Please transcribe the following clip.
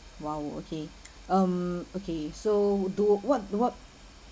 !wow! okay um okay so do what what